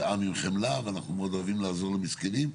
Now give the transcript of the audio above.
חמלה ואנחנו מאוד אוהבים לעזור למסכנים,